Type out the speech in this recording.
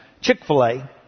Chick-fil-A